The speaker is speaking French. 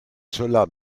celà